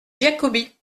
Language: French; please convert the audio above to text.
giacobbi